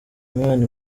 imana